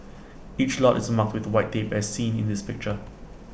each lot is marked with white tape as seen in this picture